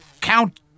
Count